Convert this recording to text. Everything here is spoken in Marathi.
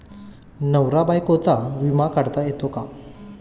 नवरा बायकोचा विमा काढता येतो का?